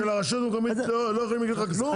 שהרשות המקומית לא יכולים להגיד לך כלום?